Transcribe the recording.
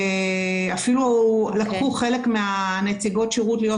אפילו לקחו חלק מנציגות השירות להיות